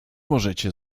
możecie